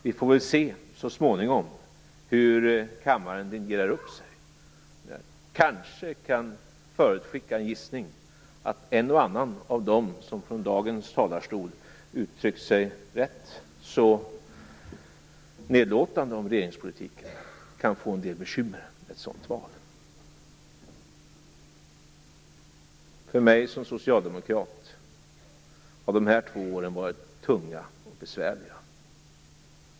Vi får väl så småningom se hur kammaren linjerar upp sig. Jag kan kanske förutskicka en gissning om att en och annan av dem som från talarstolen i dag uttryckt sig rätt så nedlåtande om regeringspolitiken kan få en del bekymmer vid ett sådant val. För mig som socialdemokrat har de här två åren varit tunga och besvärliga.